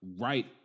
right